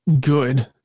good